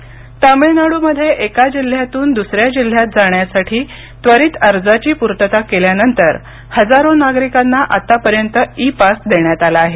इ pass Tamil Nadu मध्ये एक जिल्ह्यातून दुसऱ्या जिल्हयात जाण्यासाठी त्वरित अर्जाची पूर्तता केल्यानंतर हजारो नागरिकांना आत्तापर्यंत ई पास देण्यात आला आहे